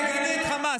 תגני את חמאס.